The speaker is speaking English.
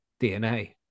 DNA